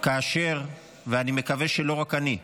כאשר אני, אני מקווה שלא רק אני,